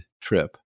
trip